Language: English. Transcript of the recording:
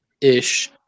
ish